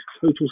total